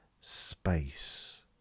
space